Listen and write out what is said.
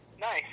Nice